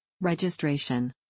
Registration